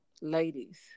ladies